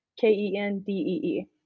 k-e-n-d-e-e